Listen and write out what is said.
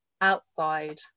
outside